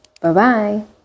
Bye-bye